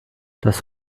das